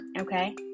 okay